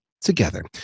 together